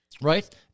Right